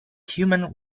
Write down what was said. human